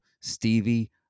Stevie